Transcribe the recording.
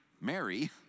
Mary